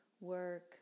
work